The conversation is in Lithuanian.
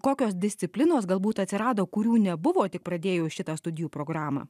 kokios disciplinos galbūt atsirado kurių nebuvo tik pradėjus šitą studijų programą